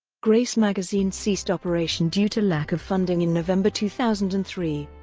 grace magazine ceased operation due to lack of funding in november two thousand and three,